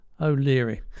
O'Leary